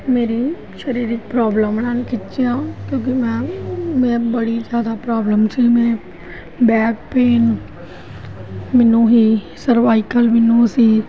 ਮੇਰੀ ਸਰੀਰਿਕ ਪ੍ਰੋਬਲਮ ਨਾਲ ਖਿੱਚਿਆ ਕਿਉਂਕਿ ਮੈਂ ਮੈਂ ਬੜੀ ਜ਼ਿਆਦਾ ਪ੍ਰੋਬਲਮ ਸੀ ਮੈਂ ਬੈਕ ਪੇਨ ਮੈਨੂੰ ਹੀ ਸਰਵਾਈਕਲ ਮੈਨੂੰ ਸੀ